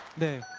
the